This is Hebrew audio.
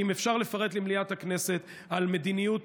אם אפשר לפרט למליאת הכנסת על מדיניות